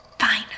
Fine